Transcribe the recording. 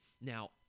Now